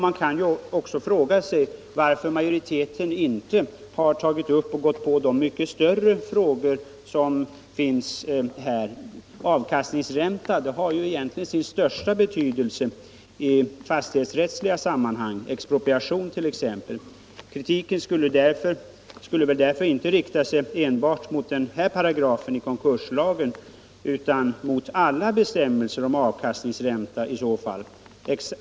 Man kan också undra varför majoriteten inte har tagit upp de mycket större frågor som finns i sammanhanget. Avkastningsränta har egentligen sin största betydelse i fastighetsrättsliga sammanhang, t.ex. expropriation. Kritiken skulle väl därför inte riktas enbart mot den här paragrafen i konkurslagen utan mot alla bestämmelser om avkastningsränta.